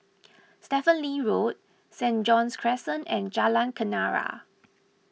Stephen Lee Road Saint John's Crescent and Jalan Kenarah